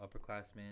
upperclassman